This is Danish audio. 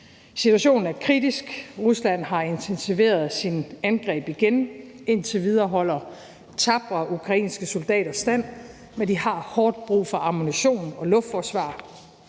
Situationen er kritisk, Rusland har intensiveret sine angreb igen, men indtil videre holder tapre ukrainske soldater stand, men de har hårdt brug for ammunition og luftforsvar.